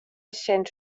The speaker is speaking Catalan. essent